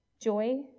Joy